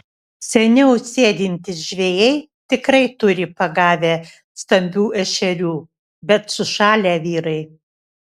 seniau sėdintys žvejai tikrai turi pagavę stambių ešerių bet sušalę vyrai